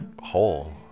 hole